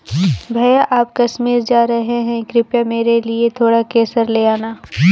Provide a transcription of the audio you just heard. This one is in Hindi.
भैया आप कश्मीर जा रहे हैं कृपया मेरे लिए थोड़ा केसर ले आना